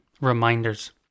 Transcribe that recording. reminders